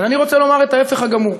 אז אני רוצה לומר את ההפך הגמור.